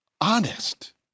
honest